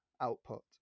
output